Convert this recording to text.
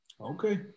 Okay